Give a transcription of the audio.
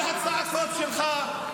כל הצעקות שלך,